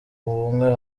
ubumwe